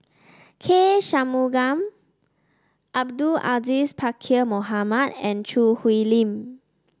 K Shanmugam Abdul Aziz Pakkeer Mohamed and Choo Hwee Lim